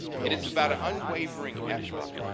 it is about an unwavering effort